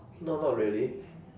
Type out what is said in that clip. no not really